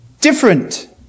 different